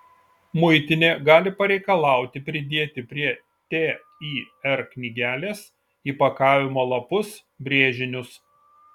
muitinė gali pareikalauti pridėti prie tir knygelės įpakavimo lapus brėžinius